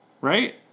right